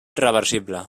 reversible